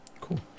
Cool